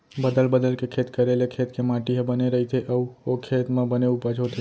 बदल बदल के खेत करे ले खेत के माटी ह बने रइथे अउ ओ खेत म बने उपज होथे